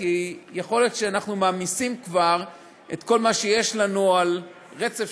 כי יכול להיות שאנחנו מעמיסים כבר את כל מה שיש לנו על הרצף,